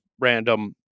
random